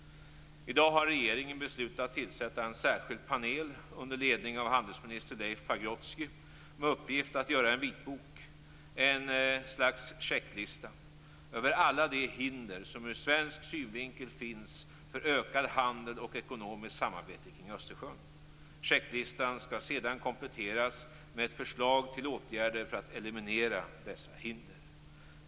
I dag har regeringen beslutat tillsätta en särskild panel under ledning av handelsminister Leif Pagrotsky med uppgift att göra en vitbok, ett slags checklista, över alla de hinder som ur svensk synvinkel finns för ökad handel och ekonomiskt samarbete kring Östersjön. Checklistan skall sedan kompletteras med ett förslag till åtgärder för att eliminera dessa hinder.